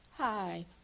hi